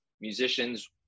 musicians